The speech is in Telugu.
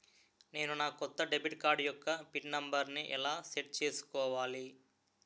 నేను నా కొత్త డెబిట్ కార్డ్ యెక్క పిన్ నెంబర్ని ఎలా సెట్ చేసుకోవాలి?